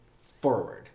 forward